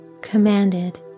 commanded